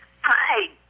Hi